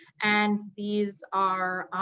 and these are